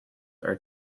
are